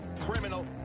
criminal